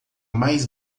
mais